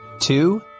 two